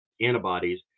antibodies